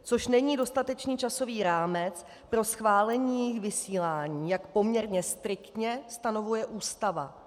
Což není dostatečný časový rámec pro schválení jejich vysílání, jak poměrně striktně stanovuje Ústava.